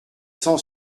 cent